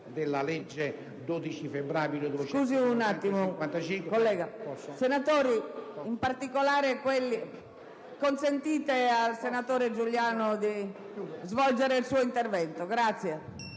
della legge 12 febbraio 1955,